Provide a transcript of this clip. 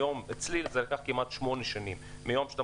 אצלי זה לקח כמעט שמונה שנים מיום שאתה